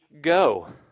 go